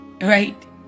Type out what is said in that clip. Right